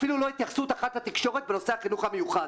אפילו לא התייחסות אחת לתקשורת בנושא החינוך המיוחד.